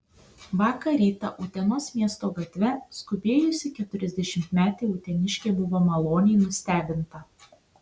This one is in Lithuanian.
vakar rytą utenos miesto gatve skubėjusi keturiasdešimtmetė uteniškė buvo maloniai nustebinta